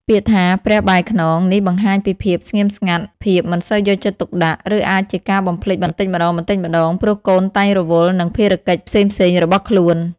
ពាក្យថា "ព្រះបែរខ្នង" នេះបង្ហាញពីភាពស្ងៀមស្ងាត់ ភាពមិនសូវយកចិត្តទុកដាក់ ឬអាចជាការបំភ្លេចបន្តិចម្ដងៗ ព្រោះកូនតែងរវល់នឹងភារកិច្ចផ្សេងៗរបស់ខ្លួន។